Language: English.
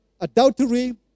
adultery